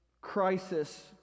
crisis